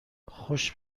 خوش